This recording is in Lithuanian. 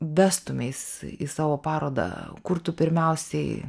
vestumeis į savo parodą kur tu pirmiausiai